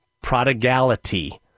prodigality